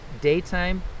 daytime